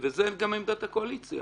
זו גם עמדת הקואליציה